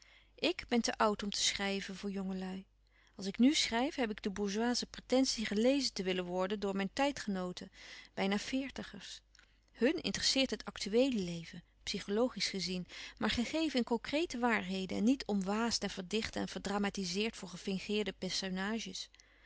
ik ben te oud om te schrijven voor jongelui als ik nu schrijf heb ik de bourgeoise pretentie gelezen te willen worden door mijn tijdgenooten bijna veertigers hùn interesseert het actueele leven psychologiesch gezien maar gegeven in concrete waarheden en niet omwaasd en verdicht en verdramatizeerd voor gefingeerde personages